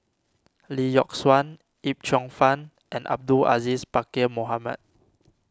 Lee Yock Suan Yip Cheong Fun and Abdul Aziz Pakkeer Mohamed